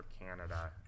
Canada